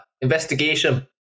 investigation